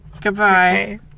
Goodbye